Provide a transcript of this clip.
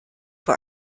vor